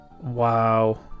wow